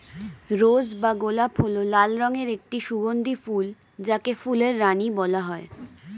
রোজ বা গোলাপ হল লাল রঙের একটি সুগন্ধি ফুল যাকে ফুলের রানী বলা হয়